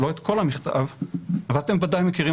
לא את כל המכתב אבל אתם ודאי מכירים